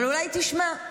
אבל אולי היא תשמע,